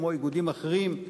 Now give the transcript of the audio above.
כמו איגודים אחרים,